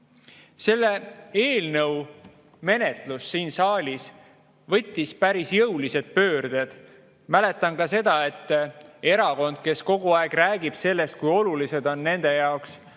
Selle eelnõu menetlus siin saalis võttis päris jõulised pöörded. Mäletan ka seda, et erakond, kes kogu aeg räägib sellest, kui olulised on nende jaoks